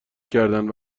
کردند